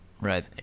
Right